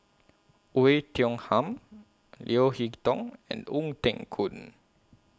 Oei Tiong Ham Leo Hee Tong and Ong Teng Koon